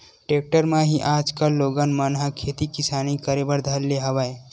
tractor म ही आजकल लोगन मन ह खेती किसानी करे बर धर ले हवय